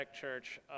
church